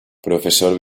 profesor